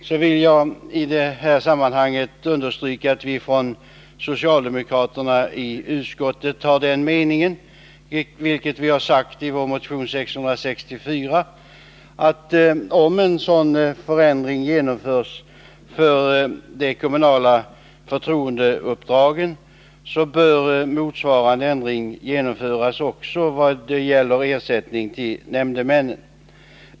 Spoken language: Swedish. Jag vill med anledning därav i detta sammanhang understryka att vi på socialdemokratiskt håll i utskottet har den meningen, vilket vi sagt i vår motion 664, att om en sådan förändring genomförs för de kommunala förtroendeuppdragen, bör motsvarande ändring genomföras också vad gäller ersättning till nämndemännen.